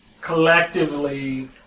collectively